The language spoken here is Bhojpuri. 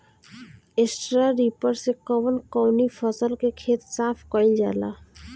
स्टरा रिपर से कवन कवनी फसल के खेत साफ कयील जाला?